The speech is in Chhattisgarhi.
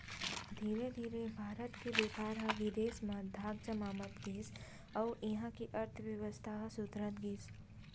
धीरे धीरे भारत के बेपार ह बिदेस म धाक जमावत गिस अउ इहां के अर्थबेवस्था ह सुधरत गिस